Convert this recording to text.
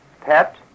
pet